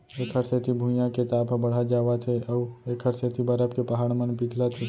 एखर सेती भुइयाँ के ताप ह बड़हत जावत हे अउ एखर सेती बरफ के पहाड़ मन पिघलत हे